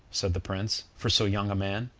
said the prince, for so young a man.